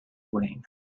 wayne